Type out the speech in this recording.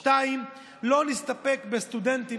2. שלא נסתפק בסטודנטים,